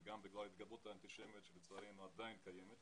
וגם בגלל התגברות האנטישמיות שלצערנו עדיין קיימת.